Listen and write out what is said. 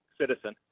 citizen